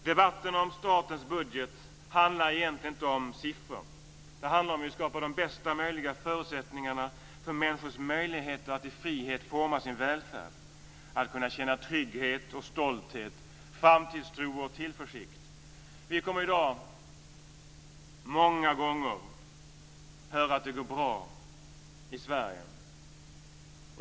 Debatten om statens budget handlar egentligen inte om siffror. Den handlar om hur vi skapar de bästa möjliga förutsättningarna för människor att i frihet forma sin välfärd, att kunna känna trygghet och stolthet, framtidstro och tillförsikt. Vi kommer i dag många gånger att höra att det går bra i Sverige.